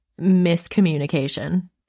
miscommunication